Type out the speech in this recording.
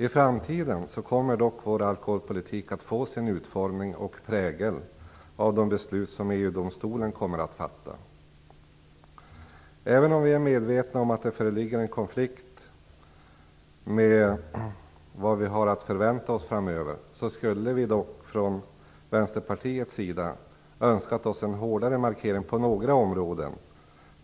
I framtiden kommer dock vår alkoholpolitik att utformas efter och präglas av de beslut som EU domstolen kommer att fatta. Vi från Vänsterpartiet skulle ha önskat oss en hårdare markering på några områden